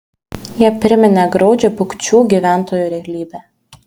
jie priminė graudžią bukčių gyventojų realybę